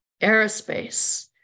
Aerospace